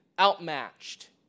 outmatched